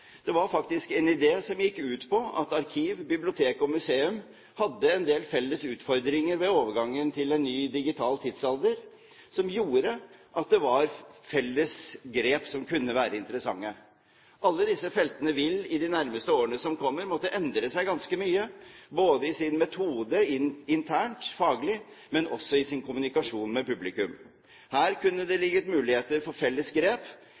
Det var faktisk en idé som gikk ut på at arkiv, bibliotek og museum hadde en del felles utfordringer ved overgangen til en ny digital tidsalder som gjorde at det var felles grep som kunne være interessante. Alle disse feltene vil måtte endre seg ganske mye i de nærmeste årene, både når det gjelder metode internt og faglig, og også i sin kommunikasjon med publikum. Her kunne det ligget muligheter for felles grep